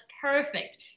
perfect